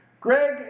Greg